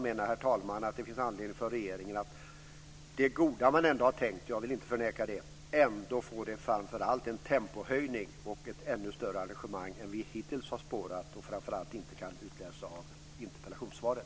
Det är därför det finns anledning för regeringen att det goda som har tänkts - jag förnekar inte det - ges en tempohöjning och ett större engagemang än vi hittills har spårat och som inte går att utläsa av interpellationssvaret.